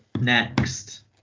next